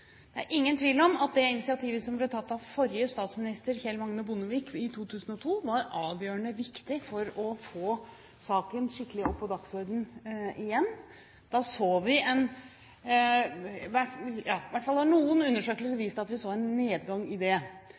Det er ingen tvil om at det initiativet som ble tatt i 2002 av den forrige statsministeren, Kjell Magne Bondevik, var avgjørende viktig for å få saken skikkelig opp på dagsordenen igjen, i hvert fall viste noen undersøkelser en nedgang. Men det